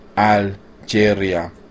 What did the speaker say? Algeria